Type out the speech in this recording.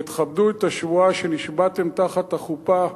ותכבדו את השבועה שנשבעתם תחת החופה: